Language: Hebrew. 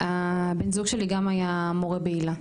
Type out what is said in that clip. בן הזוג שלי גם היה מורה בהילה,